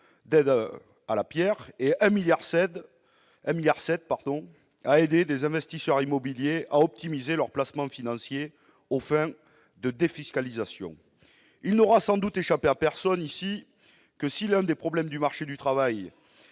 l'aide à la pierre et 1,7 milliard d'euros à aider les investisseurs immobiliers à optimiser leurs placements financiers aux fins de défiscalisation ! Il n'aura sans doute échappé à personne, ici, que, si l'un des problèmes du marché du travail,